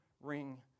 ring